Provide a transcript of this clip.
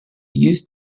used